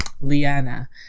Liana